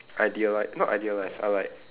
ideali~ not idealise I like